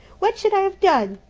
what should i have done?